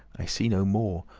i see no more,